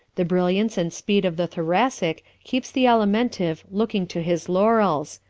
the brilliance and speed of the thoracic keeps the alimentive looking to his laurels,